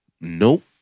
Nope